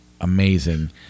amazing